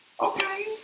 Okay